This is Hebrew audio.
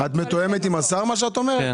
--- את מתואמת עם השר במה שאת אומרת?